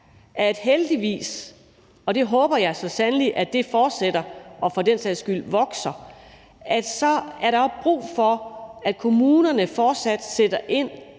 og heldigvis, for jeg håber så sandelig, at det fortsætter og for den sags skyld vokser – at der jo er brug for, at kommunerne også fortsat sætter ind